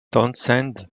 townshend